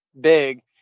big